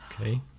Okay